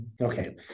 Okay